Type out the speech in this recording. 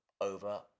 over